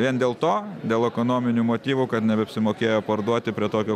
vien dėl to dėl ekonominių motyvų kad nebeapsimokėjo parduoti prie tokio